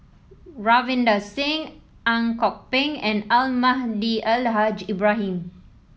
Ravinder Singh Ang Kok Peng and Almahdi Al Haj Ibrahim